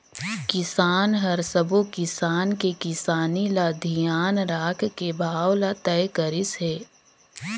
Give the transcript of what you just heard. सरकार हर सबो किसान के किसानी ल धियान राखके भाव ल तय करिस हे